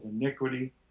iniquity